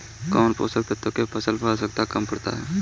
कौन पोषक तत्व के फसल पर आवशयक्ता कम पड़ता?